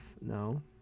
No